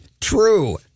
true